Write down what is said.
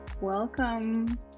welcome